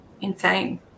insane